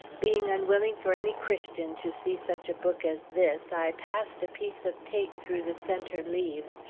being unwilling for any christian to see such a book as this, i passed a piece of tape through the centre leaves,